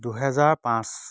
দুহেজাৰ পাঁচ